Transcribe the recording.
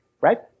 right